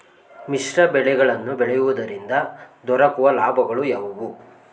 ಮಿಶ್ರ ಬೆಳೆಗಳನ್ನು ಬೆಳೆಯುವುದರಿಂದ ದೊರಕುವ ಲಾಭಗಳು ಯಾವುವು?